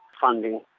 funding